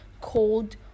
cold